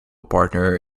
partner